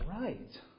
right